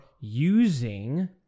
using